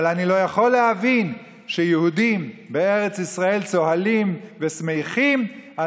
אבל אני לא יכול להבין שיהודים בארץ ישראל צוהלים ושמחים על